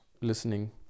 listening